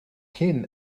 hyn